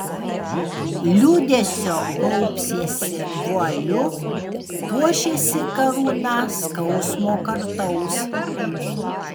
liūdesio gaubsiesi vualiu puošiesi karūna skausmo kartaus